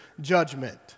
judgment